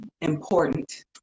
important